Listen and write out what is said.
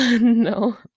No